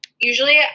Usually